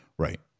Right